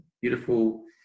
beautiful